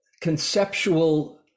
conceptual